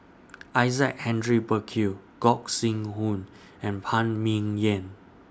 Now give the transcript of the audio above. Isaac Hendry Burkill Gog Sing Hooi and Phan Ming Yen